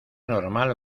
normal